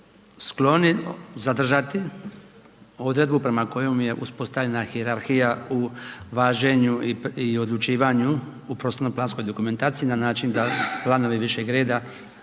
skloni zadržati odredbu prema kojoj je uspostavljena hijerarhija o važenju i odlučivanju u prostorno planskoj dokumentaciji na način da planovi višeg reda